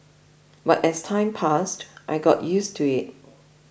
but as time passed I got used to it